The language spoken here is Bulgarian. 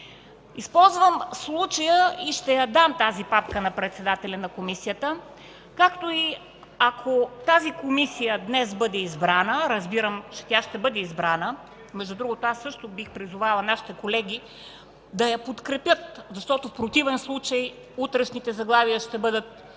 Използвам случая и ще я дам тази папка на председателя на комисията, както и ако тази комисия днес бъде избрана, разбирам, че тя ще бъде избрана. Между другото аз също бих призовала нашите колеги да я подкрепят, защото в противен случай утрешните заглавия ще бъдат „ГЕРБ